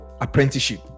apprenticeship